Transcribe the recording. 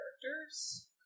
characters